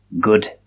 Good